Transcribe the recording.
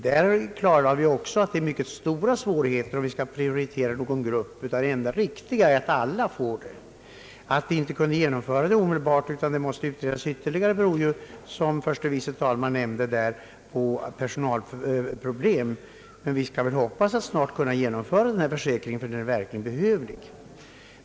Där klarlade vi också, att det blir mycket stora svårigheter om vi skall prioritera någon grupp och att det enda riktiga är att alla får denna försäkring. Att vi inte kunde genomföra förslaget omedelbart utan att det måste utredas ytterligare beror, som förste vice talmannen . nämnde, på personalproblem. Men vi skall hoppas att vi snart kan genomföra denna försäkring, ty den är verkligen behövlig.